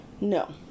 No